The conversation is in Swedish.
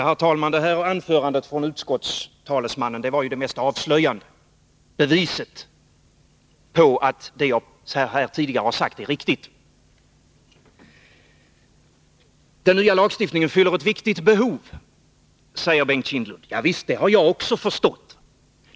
Herr talman! Detta anförande av utskottets talesman var det mest avslöjande beviset på att vad jag tidigare har sagt är riktigt. Den nya lagstiftningen fyller ett viktigt behov, säger Bengt Kindbom. Ja visst, det har jag också förstått.